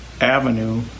Avenue